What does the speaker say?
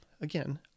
again